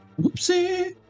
Whoopsie